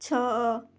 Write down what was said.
ଛଅ